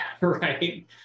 right